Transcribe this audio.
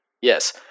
Yes